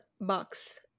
box